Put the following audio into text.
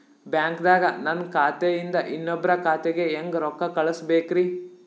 ಬ್ಯಾಂಕ್ದಾಗ ನನ್ ಖಾತೆ ಇಂದ ಇನ್ನೊಬ್ರ ಖಾತೆಗೆ ಹೆಂಗ್ ರೊಕ್ಕ ಕಳಸಬೇಕ್ರಿ?